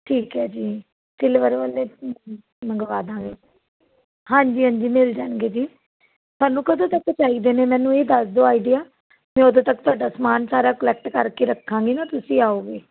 ਠੀਕ ਹੈ ਜੀ ਸਿਲਵਰ ਵਾਲੇ ਮੰਗਵਾ ਦਾਂਗੇ ਹਾਂਜੀ ਹਾਂਜੀ ਮਿਲ ਜਾਣਗੇ ਜੀ ਤੁਹਾਨੂੰ ਕਦੋਂ ਤੱਕ ਚਾਹੀਦੇ ਨੇ ਮੈਨੂੰ ਇਹ ਦੱਸ ਦਿਓ ਆਈਡੀਆ ਮੈਂ ਉਦੋਂ ਤੱਕ ਤੁਹਾਡਾ ਸਮਾਨ ਸਾਰਾ ਕਲੈਕਟ ਕਰਕੇ ਰੱਖਾਂਗੀ ਨਾ ਤੁਸੀਂ ਆਓਗੇ